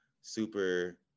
super